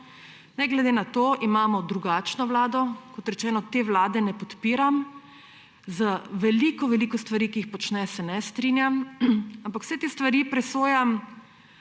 Ne glede na to imamo drugačno vlado, kot rečeno, te vlade ne podpiram, z veliko veliko stvarmi, ki jih počne, se ne strinjam, ampak vse te stvari presojam,